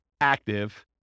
active